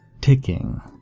ticking